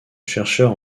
chercheur